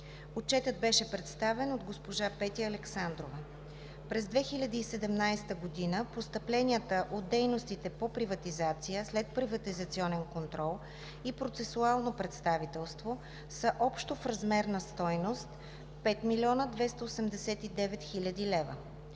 Отчетът беше представен от Петя Александрова. През 2017 г. постъпленията от дейностите по приватизация, следприватизационен контрол и процесуално представителство са общо в размер на стойност 5 млн. 289 хил. лв.